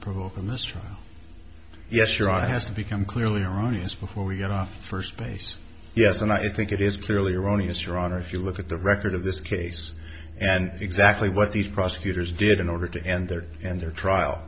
provoke in this trial yes your eye has to become clearly erroneous before you get off first base yes and i think it is clearly erroneous your honor if you look at the record of this case and exactly what these prosecutors did in order to end their and their trial